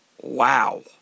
wow